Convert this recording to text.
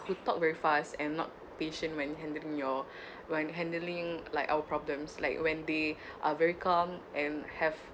who talk very fast and not patient when handling your when handling like our problems like when they are very calm and have